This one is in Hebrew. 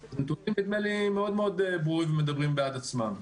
נדמה לי שהנתונים מאוד מאד ברורים ומדברים בעד עצמם.